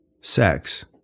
sex